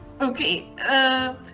Okay